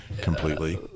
completely